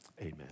amen